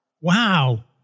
Wow